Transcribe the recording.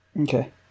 Okay